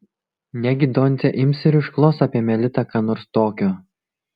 negi doncė ims ir išklos apie melitą ką nors tokio